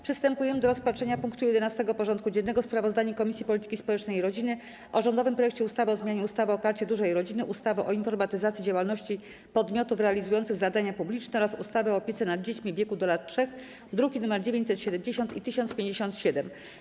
Przystępujemy do rozpatrzenia punktu 11. porządku dziennego: Sprawozdanie Komisji Polityki Społecznej i Rodziny o rządowym projekcie ustawy o zmianie ustawy o Karcie Dużej Rodziny, ustawy o informatyzacji działalności podmiotów realizujących zadania publiczne oraz ustawy o opiece nad dziećmi w wieku do lat 3 (druki nr 970 i 1057)